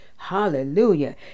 hallelujah